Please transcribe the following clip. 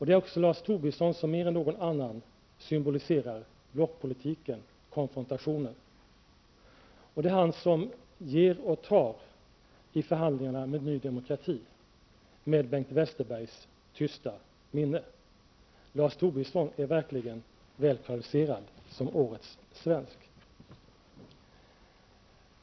Det är också Lars Tobisson som mer än någon annan symboliserar blockpolitiken, konfrontationen. Det är han som ger och tar i förhandlingarna med Ny Demokrati, med Bengt Westerbergs goda minne. Lars Tobisson som årets svensk är verkligen väl kvalificerad.